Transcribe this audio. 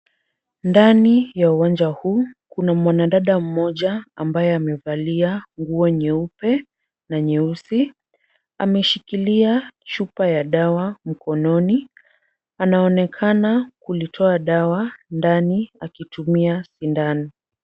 Ndani ya uwanja huu kuna mwanadada mmoja ambaye amevalia nguo nyeupe na nyeusi, ameshikilia chupa ya dawa mkononi, anaonekana kulitoa dawa ndani akitumia sindano.